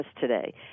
today